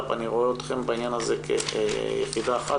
אני רואה אתכם בעניין הזה כיחידה אחת.